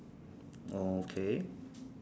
oh okay